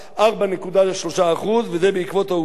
וזאת בעקבות העובדה שראש הממשלה,